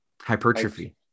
Hypertrophy